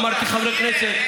לא אמרתי חברי כנסת.